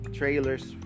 trailers